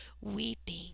weeping